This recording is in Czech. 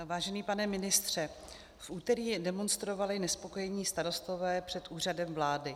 Vážený pane ministře, v úterý demonstrovali nespokojení starostové před Úřadem vlády.